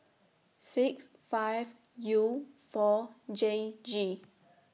six five U four J G